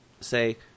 say